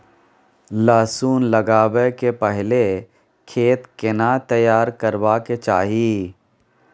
लहसुन लगाबै के पहिले खेत केना तैयार करबा के चाही?